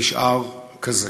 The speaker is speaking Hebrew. נשאר כזה.